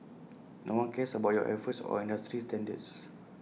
no one cares about your efforts or industry standards